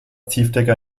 tiefdecker